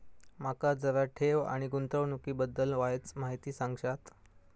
माका जरा ठेव आणि गुंतवणूकी बद्दल वायचं माहिती सांगशात?